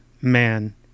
man